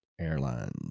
airline